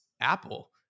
apple